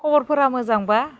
खबरफोरा मोजां बा